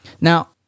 Now